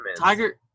Tiger